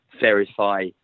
verify